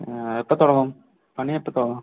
എപ്പം തുടങ്ങും പണിയെപ്പം തുടങ്ങും